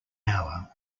hour